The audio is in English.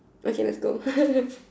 okay let's go